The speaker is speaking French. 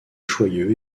joyeux